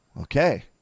Okay